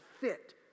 fit